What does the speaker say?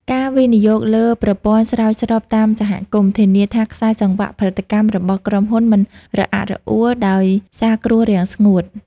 ការវិនិយោគលើប្រព័ន្ធស្រោចស្រពតាមសហគមន៍ ធានាថាខ្សែសង្វាក់ផលិតកម្មរបស់ក្រុមហ៊ុនមិនរអាក់រអួលដោយសារគ្រោះរាំងស្ងួត។